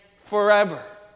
forever